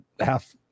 half